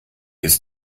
ist